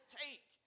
take